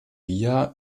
wir